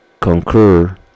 concur